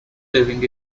living